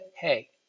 hey